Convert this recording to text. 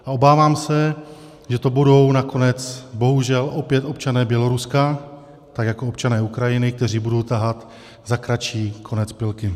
Obávám se, že to budou nakonec bohužel opět občané Běloruska tak jako občané Ukrajiny, kteří budou tahat za kratší konec pilky.